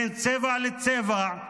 בין צבע לצבע,